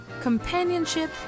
companionship